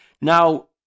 Now